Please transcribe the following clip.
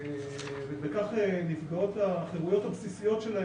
ובכך נפגעות החירויות הבסיסיות שלהם